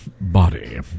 body